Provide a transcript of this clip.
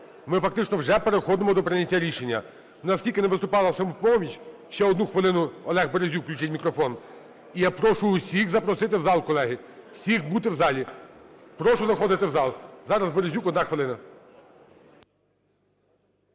ми фактично вже переходимо до прийняття рішення. У нас тільки не виступала "Самопоміч". ще одну хвилину, Олег Березюк, включіть мікрофон. І я прошу всіх запросити в зал, колеги, всіх бути в залі. Прошу заходити в зал. Зараз Березюк, одна хвилина.